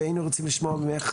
והיינו רוצים לשמוע ממך,